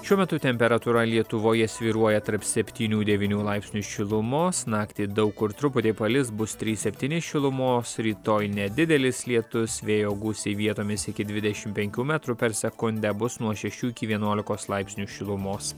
šiuo metu temperatūra lietuvoje svyruoja tarp septynių devynių laipsnių šilumos naktį daug kur truputį palis bus trys septyni šilumos rytoj nedidelis lietus vėjo gūsiai vietomis iki dvidešimt penkių metrų per sekundę bus nuo šešių iki vienuolikos laipsnių šilumos